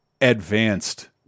advanced